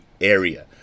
Area